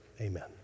amen